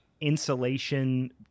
insulation